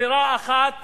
ברירה אחת